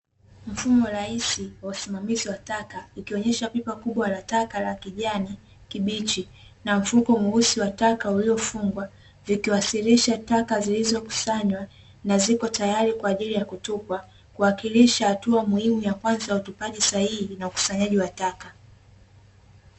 Mfumo rahisi wa usimamizi wa taka ukionyesha pipa kubwa la taka la kijani kibichi, na mfuko mweusi wa taka uliofungwa, vikiwasilisha taka zilizokusanywa na ziko tayari kwa ajili ya kutupwa, kuwakilisha hatua muhimu ya kwanza ya utupaji sahihi na ukusanyaji wa taka.